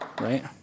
right